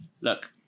Look